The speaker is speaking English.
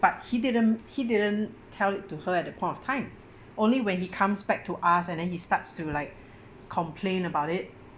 but he didn't he didn't tell it to her at the point of time only when he comes back to us and then he starts to like complain about it